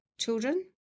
children